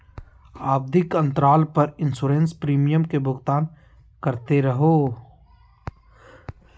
आवधिक अंतराल पर इंसोरेंस प्रीमियम के भुगतान करते रहो